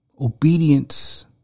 Obedience